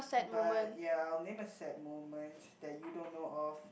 but ya I'll name a sad moment that you don't know of